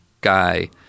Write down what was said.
guy